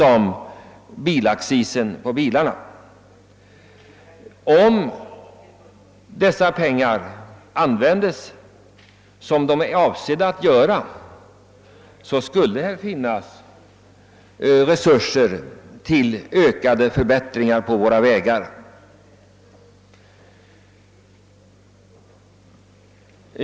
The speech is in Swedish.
Om dessa pengar används på det sätt som är avsett, skulle det finnas resurser till ökade förbättringar av våra vägar.